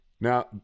Now